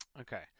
Okay